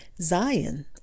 Zion